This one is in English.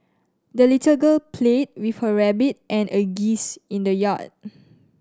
the little girl played with her rabbit and a geese in the yard